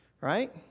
right